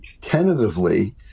tentatively